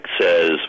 says